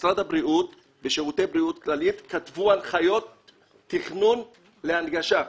משרד הבריאות ושירותי בריאות כללית כתבו הנחיות תכנון להנגשה,